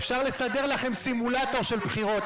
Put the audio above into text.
אפשר לסדר לכם סימולטור של בחירות.